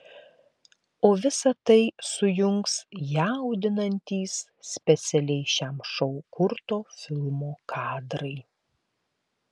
o visa tai sujungs jaudinantys specialiai šiam šou kurto filmo kadrai